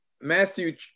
Matthew